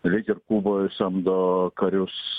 lyg ir kuboj samdo karius